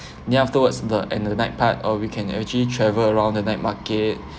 then afterwards the and the night part uh we can actually travel around the night market